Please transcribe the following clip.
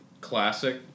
Classic